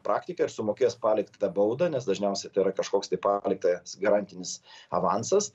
praktiką ir sumokės paliktą baudą nes dažniausiai tai yra kažkoks tai paliktas garantinis avansas